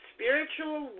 Spiritual